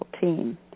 team